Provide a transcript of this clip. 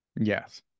Yes